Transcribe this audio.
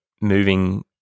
moving